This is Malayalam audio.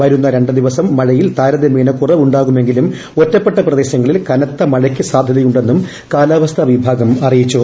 വരുന്ന രണ്ട് ദിവസം മഴയിൽ താരതമ്യേന കുറവുണ്ടാകുമെങ്കിലും ഒറ്റപ്പെട്ട പ്രദേശങ്ങളിൽ കനത്ത മഴയ്ക്ക് സാധൃതയുണ്ടെന്നും കാലാവസ്ഥാ വിഭാഗം അറിയിച്ചു